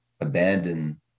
abandon